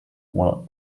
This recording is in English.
while